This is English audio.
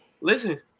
Listen